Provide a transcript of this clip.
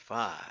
Five